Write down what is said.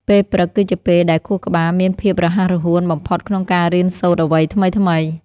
ពេលព្រឹកគឺជាពេលដែលខួរក្បាលមានភាពរហ័សរហួនបំផុតក្នុងការរៀនសូត្រអ្វីថ្មីៗ។